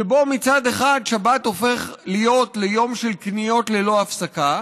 שבו מצד אחד שבת הופך להיות ליום של קניות ללא הפסקה,